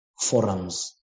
forums